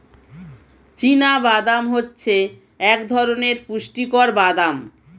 চীনা বাদাম হচ্ছে এক ধরণের পুষ্টিকর বাদাম